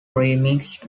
remixed